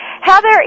Heather